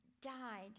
died